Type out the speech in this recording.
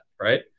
right